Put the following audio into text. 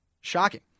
shocking